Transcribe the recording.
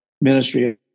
ministry